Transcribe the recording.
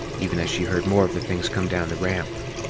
even as she heard more of the things come down the ramp.